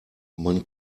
man